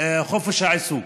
חופש העיסוק.